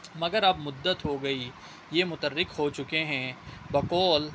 مگر اب مدت ہو گئی یہ مترک ہو چکے ہیں بقول